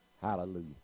Hallelujah